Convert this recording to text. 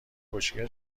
خوشگل